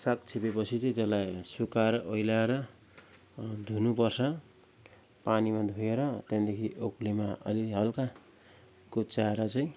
साग छिप्पिएपछि चाहिँ त्यसलाई सुकाएर ओइलाएर धुनु पर्छ पानीमा धोएर त्यहाँदिखि ओक्लीमा अलिलि हल्का कुच्च्याएर चाहिँ